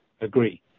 agree